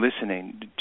listening